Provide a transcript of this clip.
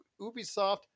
ubisoft